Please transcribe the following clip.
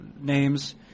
names